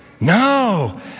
No